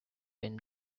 been